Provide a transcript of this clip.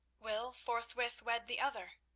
will forthwith wed the other.